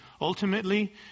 ultimately